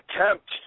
attempt